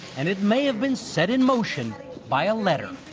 and it may have been set in motion by a letter.